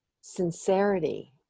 sincerity